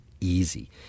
easy